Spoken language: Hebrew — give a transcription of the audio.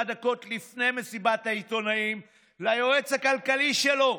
דקות לפני מסיבת העיתונאים ליועץ הכלכלי שלו,